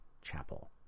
chapel